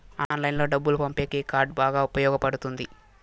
ఆన్లైన్లో డబ్బులు పంపేకి ఈ కార్డ్ బాగా ఉపయోగపడుతుంది